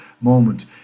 moment